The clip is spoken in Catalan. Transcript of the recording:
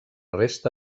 resta